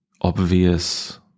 obvious